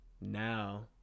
now